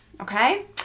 Okay